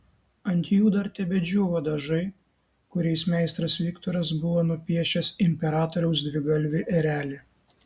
ant jų dar tebedžiūvo dažai kuriais meistras viktoras buvo nupiešęs imperatoriaus dvigalvį erelį